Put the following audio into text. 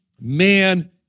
man